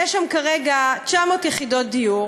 יש שם כרגע 900 יחידות דיור